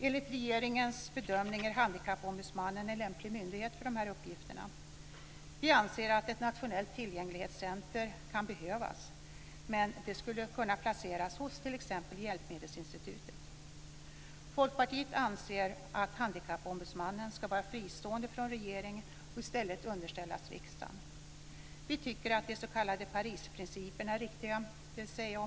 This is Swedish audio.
Enligt regeringens bedömning är Handikappombudsmannen en lämplig myndighet för dessa uppgifter. Vi anser att ett nationellt tillgänglighetscentrum kan behövas, men det skulle kunna placeras hos t.ex. Hjälpmedelsinstitutet. Folkpartiet anser att Handikappombudsmannen ska vara fristående från regeringen och i stället underställas riksdagen. Vi tycker att de s.k. Parisprinciperna är riktiga.